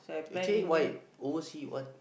actually why overseas what